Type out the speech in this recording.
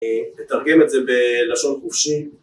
נתרגם את זה בלשון חופשי